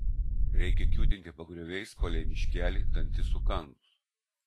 reikia kiūtinti pagrioviais palei miškelį dantis sukandus